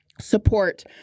support